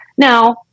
Now